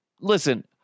Listen